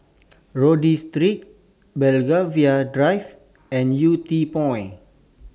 Rodyk Street Belgravia Drive and Yew Tee Point